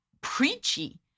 preachy